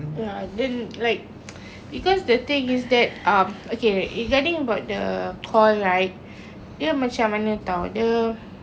ya then like because the thing is that uh okay regarding about the call right dia macam mana [tau]